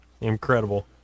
Incredible